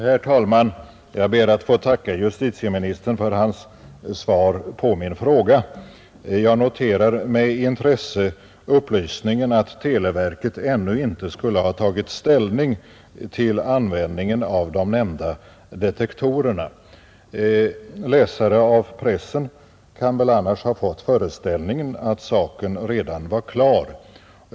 Herr talman! Jag ber att få tacka justitieministern för hans svar på min fråga. Jag noterar med intresse upplysningen att televerket ännu inte skulle ha tagit ställning till användningen av de nämnda detektorerna. Läsare av pressen kan väl annars ha fått föreställningen att saken redan var klar.